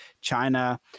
China